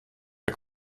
der